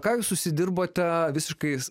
ką jūs užsidirbote visiškais